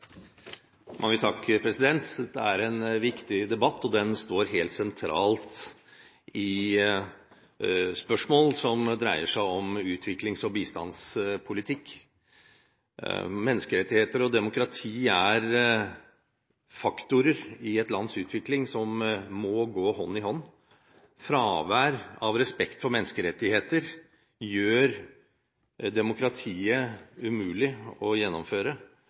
den står helt sentralt i spørsmål som dreier seg om utviklings- og bistandspolitikk. Menneskerettigheter og demokrati er faktorer i et lands utvikling som må gå hånd i hånd. Fravær av respekt for menneskerettigheter gjør demokratiet umulig å gjennomføre